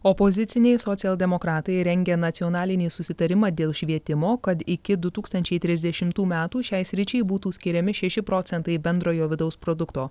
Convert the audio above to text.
opoziciniai socialdemokratai rengia nacionalinį susitarimą dėl švietimo kad iki du tūkstančiai trisdešimtų metų šiai sričiai būtų skiriami šeši procentai bendrojo vidaus produkto